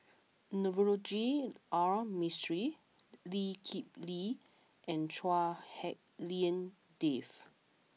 Navroji R Mistri Lee Kip Lee and Chua Hak Lien Dave